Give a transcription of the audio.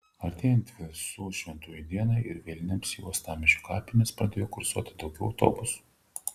artėjant visų šventųjų dienai ir vėlinėms į uostamiesčio kapines pradėjo kursuoti daugiau autobusų